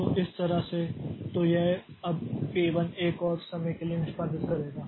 तो इस तरह से तो यह अब P 1 एक और समय के लिए निष्पादित करेगा